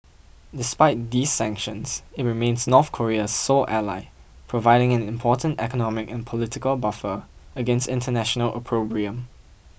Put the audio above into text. despite these sanctions it remains North Korea's sole ally providing an important economic and political buffer against international opprobrium